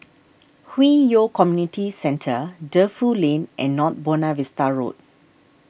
Hwi Yoh Community Centre Defu Lane and North Buona Vista Road